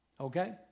okay